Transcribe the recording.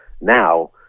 Now